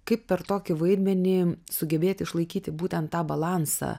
kaip per tokį vaidmenį sugebėt išlaikyti būtent tą balansą